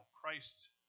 Christ